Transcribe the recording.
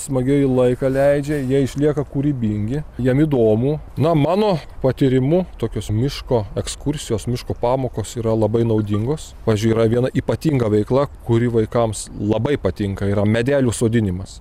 smagiai laiką leidžia jie išlieka kūrybingi jiem įdomu na o mano patyrimu tokios miško ekskursijos miško pamokos yra labai naudingos pavyzdžiui yra viena ypatinga veikla kuri vaikams labai patinka yra medelių sodinimas